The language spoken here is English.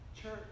Church